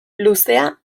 luzea